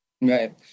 Right